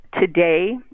Today